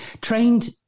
trained